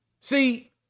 see